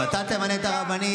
אם אתה תמנה את הרבנים,